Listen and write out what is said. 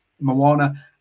Moana